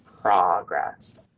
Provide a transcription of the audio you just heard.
progress